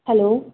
hello